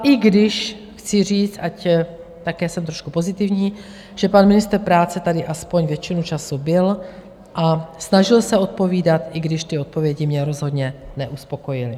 I když chci říct, ať také jsem trošku pozitivní, že pan ministr práce tady aspoň většinu času byl a snažil se odpovídat, i když ty odpovědi mě rozhodně neuspokojily.